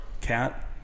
cat